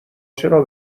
چرا